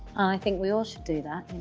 i think we all should do that, you know,